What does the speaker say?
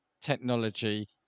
technology